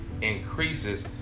increases